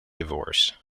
divorced